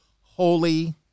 Holy